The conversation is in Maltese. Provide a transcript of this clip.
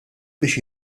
biex